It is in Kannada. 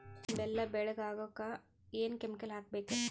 ಬೆಲ್ಲ ಬೆಳಗ ಆಗೋಕ ಏನ್ ಕೆಮಿಕಲ್ ಹಾಕ್ಬೇಕು?